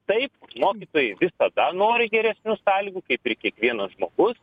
taip mokytojai visada nori geresnių sąlygų kaip ir kiekvienas žmogus